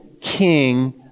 king